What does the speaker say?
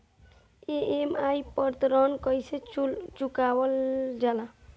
EMI पर ऋण कईसे चुकाईल जाला?